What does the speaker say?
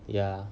ya